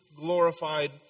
glorified